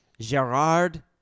Gerard